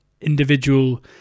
individual